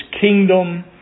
kingdom